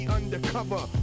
Undercover